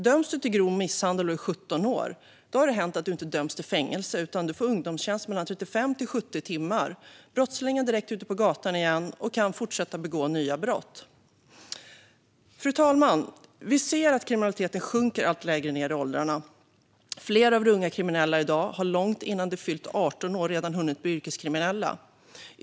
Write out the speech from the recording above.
Det har hänt att någon som är 17 år dömts för grov misshandel men inte till fängelse utan till ungdomstjänst i mellan 35 och 70 timmar. Brottslingen är direkt ute på gatan igen och kan fortsätta begå nya brott. Fru talman! Vi ser att kriminaliteten sjunker allt lägre ned i åldrarna. Flera av de unga kriminella i dag har hunnit bli yrkeskriminella långt innan de fyllt 18 år.